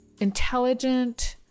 intelligent